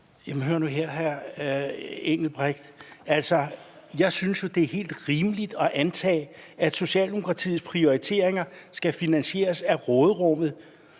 hør nu her, hr. Engelbrecht: Altså, jeg synes jo, at det er helt rimeligt at antage, at Socialdemokratiets prioriteringer skal finansieres af råderummet